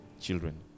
children